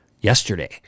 yesterday